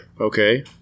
Okay